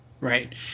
Right